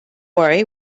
worry